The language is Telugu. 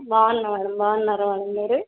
బాగున్నా మేడమ్ బాగున్నారా మీరందరు